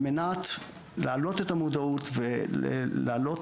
על מנת להעלות את המודעות ולהעלות